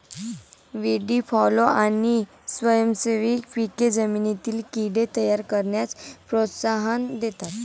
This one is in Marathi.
व्हीडी फॉलो आणि स्वयंसेवी पिके जमिनीतील कीड़े तयार करण्यास प्रोत्साहन देतात